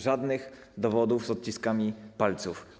Żadnych dowodów z odciskami palców.